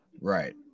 right